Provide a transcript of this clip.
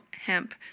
Hemp